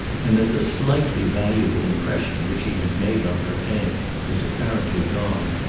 and that the slightly valuable impression which she had made on her aunt was apparently gone,